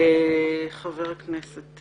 אנחנו נתרום את תרומתנו.